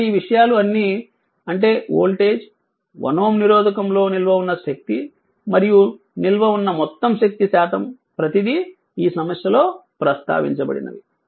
కాబట్టి ఈ విషయాలు అన్నీ అంటే వోల్టేజ్ 1 Ω నిరోధకంలో నిల్వ ఉన్న శక్తి మరియు నిల్వ ఉన్న మొత్తం శక్తి శాతం ప్రతీదీ ఈ సమస్య లో ప్రస్తావించబడినవి